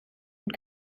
und